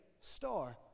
star